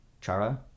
Chara